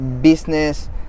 business